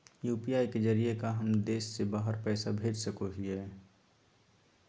UPI के जरिए का हम देश से बाहर पैसा भेज सको हियय?